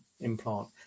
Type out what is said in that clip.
implant